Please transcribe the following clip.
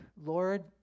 Lord